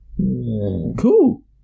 cool